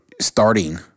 starting